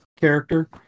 character